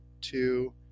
two